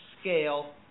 scale